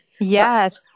Yes